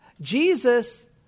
Jesus